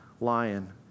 lion